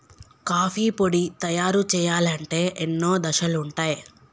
coffee పొడి తయారు చేయాలంటే ఎన్నో దశలుంటయ్